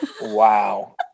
Wow